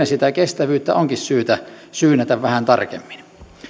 sitä kestävyyttä onkin syytä syynätä vähän tarkemmin